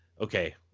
okay